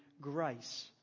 grace